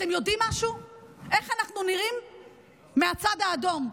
ואתם יודעים איך אנחנו נראים מהצד האדום,